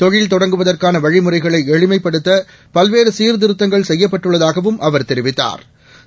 தொழில் தொடங்குவதற்கான வழிமுறைகளை எளிமைப்படுத்த பல்வேறு சீர்திருத்தங்கள் செய்யப்பட்டுள்ளதாகவும் அவர் தெரிவித்தாா்